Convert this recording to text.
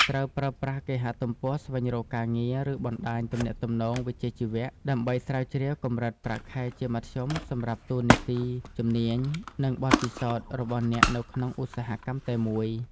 ត្រូវ ប្រើប្រាស់គេហទំព័រស្វែងរកការងារ ឬបណ្ដាញទំនាក់ទំនងវិជ្ជាជីវៈ ដើម្បីស្រាវជ្រាវកម្រិតប្រាក់ខែជាមធ្យមសម្រាប់ តួនាទី ជំនាញ និងបទពិសោធន៍ របស់អ្នកនៅក្នុងឧស្សាហកម្មតែមួយ។